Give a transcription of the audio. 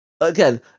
Again